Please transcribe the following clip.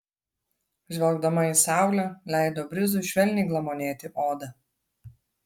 žvelgdama į saulę leido brizui švelniai glamonėti odą